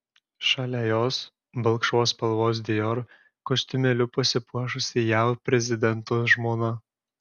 šalia jos balkšvos spalvos dior kostiumėliu pasipuošusi jav prezidento žmona